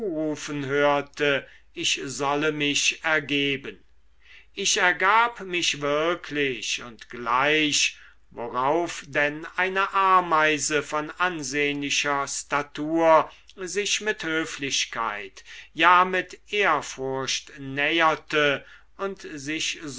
hörte ich solle mich ergeben ich ergab mich wirklich und gleich worauf denn eine ameise von ansehnlicher statur sich mit höflichkeit ja mit ehrfurcht näherte und sich